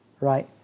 right